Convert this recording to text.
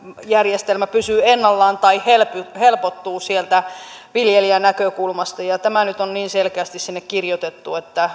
järjestelmä pysyy ennallaan tai helpottuu sieltä viljelijän näkökulmasta ja tämä nyt on niin selkeästi sinne kirjoitettu että